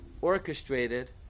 orchestrated